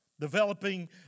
Developing